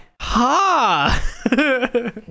ha